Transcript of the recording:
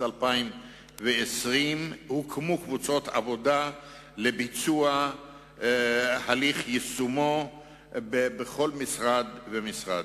2020. הוקמו קבוצות עבודה לביצוע הליך יישום החלטה זו בכל משרד ומשרד.